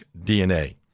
DNA